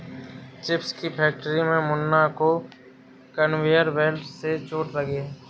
chips की factory में मुन्ना को कन्वेयर बेल्ट से चोट लगी है